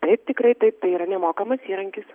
taip tikrai taip tai yra nemokamas įrankis